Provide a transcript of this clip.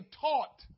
taught